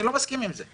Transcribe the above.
אני לא מסכים עם זה.